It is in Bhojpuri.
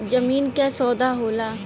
जमीन क सौदा होला